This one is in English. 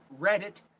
Reddit